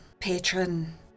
Patron